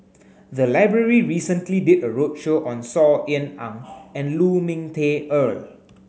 the library recently did a roadshow on Saw Ean Ang and Lu Ming Teh Earl